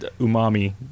umami